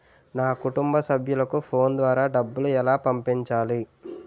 నా కుటుంబ సభ్యులకు ఫోన్ ద్వారా డబ్బులు ఎలా పంపించాలి?